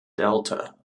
delta